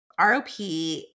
ROP